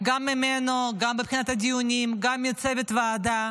גם ממנו, מבחינת הדיונים, גם מהצוות של הוועדה,